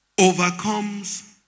overcomes